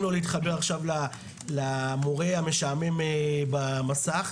לו להתחבר עכשיו למורה המשעמם במסך,